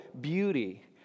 beauty